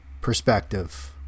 perspective